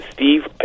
Steve